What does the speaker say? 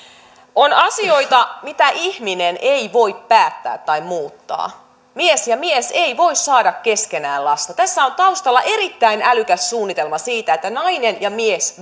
on asioita mitä ihminen ei voi päättää tai muuttaa mies ja mies eivät voi saada keskenään lasta tässä on taustalla erittäin älykäs suunnitelma siitä että vain nainen ja mies